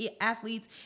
athletes